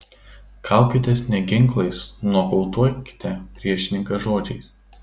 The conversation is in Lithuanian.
kaukitės ne ginklais nokautuokite priešininką žodžiais